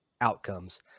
outcomes